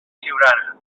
siurana